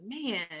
man